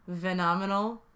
phenomenal